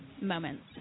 moments